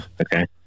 Okay